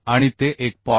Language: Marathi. आणि ते 1